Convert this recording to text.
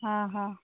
ହଁ ହଁ